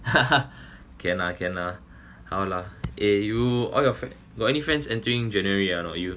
can lah can lah 好 lah eh you all your friend got any friends entering january ah you